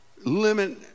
limit